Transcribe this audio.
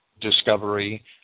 discovery